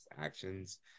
actions